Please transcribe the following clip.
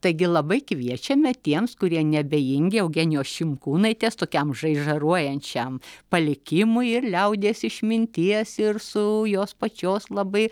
taigi labai kviečiame tiems kurie neabejingi eugenijos šimkūnaitės tokiam žaižaruojančiam palikimui ir liaudies išminties ir su jos pačios labai